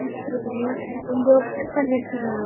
ம் சரி கொஞ்சம் கம்மி பண்றேன்னு சொன்னீங்கள்